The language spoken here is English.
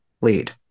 lead